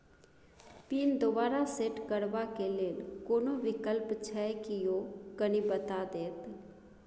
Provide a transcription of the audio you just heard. Pin दोबारा set करबा के लेल कोनो विकल्प छै की यो कनी बता देत?